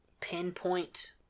pinpoint